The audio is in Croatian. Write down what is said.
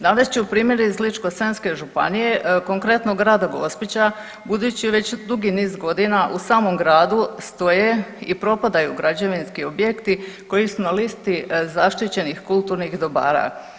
Navest ću primjer iz Ličko-senjske županije, konkretno Grada Gospića budući već dugi niz godina u samom gradu stoje i propadaju građevinski objekti koji su na listi zaštićenih kulturnih dobara.